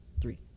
Three